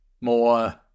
more